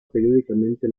periódicamente